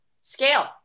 scale